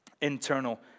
internal